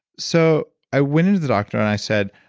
so i went into the doctor and i said,